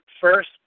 first